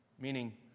meaning